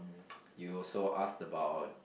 you also asked about